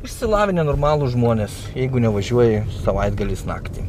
išsilavinę normalūs žmonės jeigu nevažiuoji savaitgaliais naktį